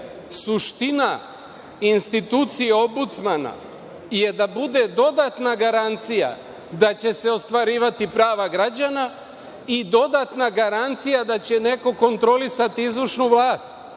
dve. Suština institucije Ombudsmana je da bude dodatna garancija da će se ostvarivati prava građana i dodatna garancija da će neko kontrolisati izvršnu vlast.